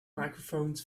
microphones